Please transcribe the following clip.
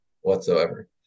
whatsoever